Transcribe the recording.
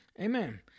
Amen